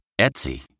Etsy